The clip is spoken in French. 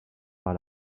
par